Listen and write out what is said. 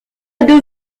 deux